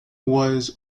was